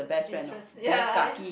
interest ya ya